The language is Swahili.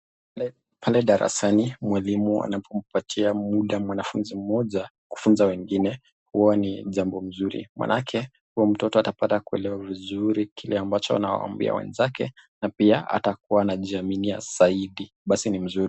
Pale darasani mwalimu anapompatia muda mwanafuzi mmoja kufunza wengine huwa ni jambo mzuri, maanake huyo mtoto atapata kuelewa vizuri kile ambacho anawaambia wenzake na pia atakuwa anajiaminia zaidi. Basi ni mzuri.